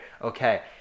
Okay